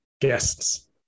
guests